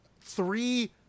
three